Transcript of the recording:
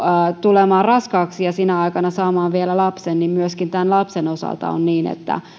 tulemaan raskaaksi ja sinä aikana vielä saamaan lapsen niin myöskin tämän lapsen osalta on niin että